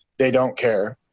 they don't care.